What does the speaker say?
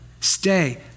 Stay